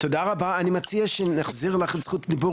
אז אני מציע שנחזיר אלייך את זכות הדיבור